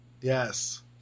Yes